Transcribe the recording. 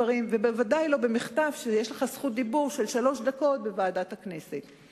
ובוודאי לא במחטף שבו יש לך זכות דיבור של שלוש דקות בוועדת הכנסת.